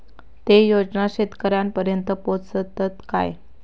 ते योजना शेतकऱ्यानपर्यंत पोचतत काय?